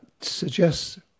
suggests